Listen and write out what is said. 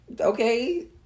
okay